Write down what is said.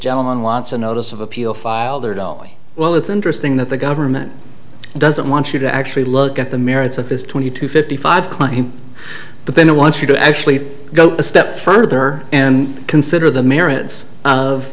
gentleman wants a notice of appeal filed it all well it's interesting that the government doesn't want you to actually look at the merits of this twenty two fifty five claim but then i want you to actually go a step further and consider the merits of